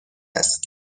است